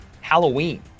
Halloween